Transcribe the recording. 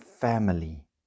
family